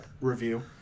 review